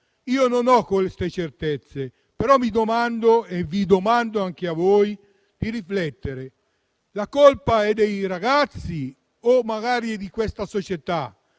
Io non ho queste certezze, ma mi domando e vi domando di riflettere: la colpa è dei ragazzi o magari di questa società,